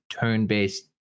tone-based